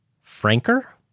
Franker